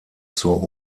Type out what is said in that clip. zur